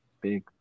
big